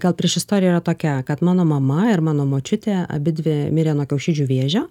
gal priešistorija yra tokia kad mano mama ir mano močiutė abidvi mirė nuo kiaušidžių vėžio